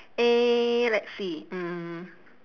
eh let's see mm